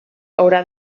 haurà